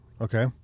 okay